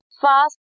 fast